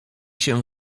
się